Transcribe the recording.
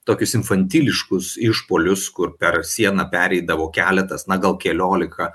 tokius infantiliškus išpuolius kur per sieną pereidavo keletas na gal keliolika